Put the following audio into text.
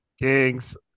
Kings